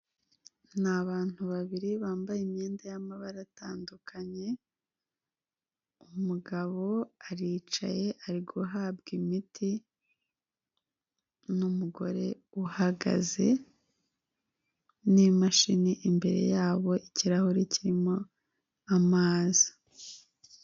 Ni abantu babiri bambaye imyenda y'amabara atandukanye, umugabo aricaye ari guhabwa imiti n'umugore uhagaze n'imashini imbere yabo ikirahure kirimo amazi.